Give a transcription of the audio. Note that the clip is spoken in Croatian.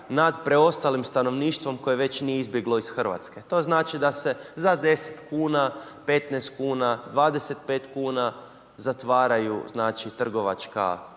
nad preostalim stanovništvom, koje već nije izbjeglo iz Hrvatske. To znači da se za 10 kn, 15 kn, 25 kn, zatvaraju poduzeća,